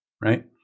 right